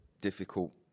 difficult